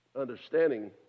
understanding